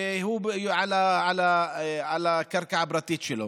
שהוא על קרקע פרטית שלו